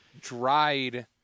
Dried